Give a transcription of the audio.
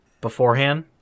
beforehand